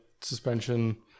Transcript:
suspension